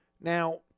Now